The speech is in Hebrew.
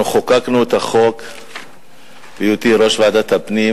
אנחנו חוקקנו את החוק בהיותי ראש ועדת הפנים,